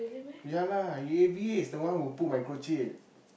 ya lah A_V_A is the one who put microchip